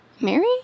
Mary